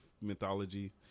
mythology